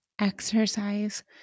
exercise